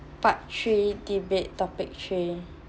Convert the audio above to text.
part three debate topic three